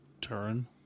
turn